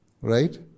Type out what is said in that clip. right